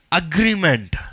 agreement